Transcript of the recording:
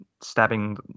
stabbing